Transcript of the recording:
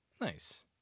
Nice